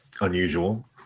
unusual